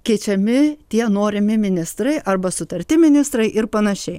keičiami tie norimi ministrai arba sutarti ministrai ir panašiai